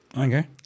Okay